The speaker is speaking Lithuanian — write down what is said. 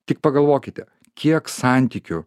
tik pagalvokite kiek santykių